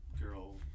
girl